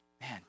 Man